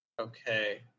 Okay